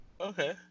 Okay